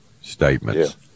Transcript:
statements